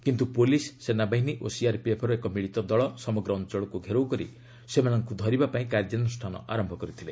କିନ୍ତୁ ପୁଲିସ୍ ସେନାବାହିନୀ ଓ ସିଆର୍ପିଏଫ୍ର ଏକ ମିଳିତ ଦଳ ସମଗ୍ର ଅଞ୍ଚଳଗୁ ଘେରଉ କରି ସେମାନଙ୍କୁ ଧରିବା ପାଇଁ କାର୍ଯ୍ୟାନୁଷ୍ଠାନ ଆରମ୍ଭ କରିଥିଲେ